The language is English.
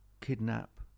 kidnap